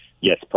Yes